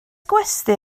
gwesty